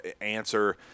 answer